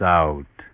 out